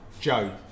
Joe